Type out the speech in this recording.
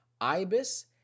IBIS